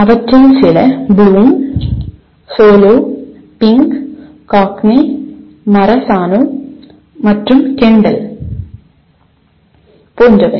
அவற்றில் சில Bloom SOLO Fink Gagne Marazano மற்றும் Kendall Bloom SOLO Fink Gagne Marazano and Kendall போன்றவை